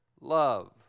love